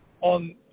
On